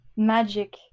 magic